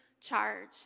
charge